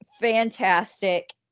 fantastic